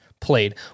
played